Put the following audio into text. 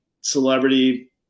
celebrity